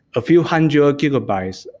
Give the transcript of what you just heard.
a few hundred gigabytes,